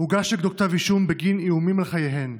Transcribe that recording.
הוגש נגדו כתב אישום בגין איומים על חייהן.